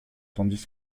tandis